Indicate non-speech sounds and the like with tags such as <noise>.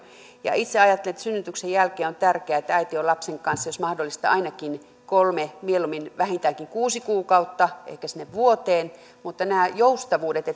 itse ajattelen että synnytyksen jälkeen on tärkeää että äiti on lapsen kanssa jos mahdollista ainakin kolme mieluummin vähintäänkin kuusi kuukautta ehkä sinne vuoteen mutta näissä joustavuuksissa <unintelligible>